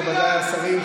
מכובדיי השרים,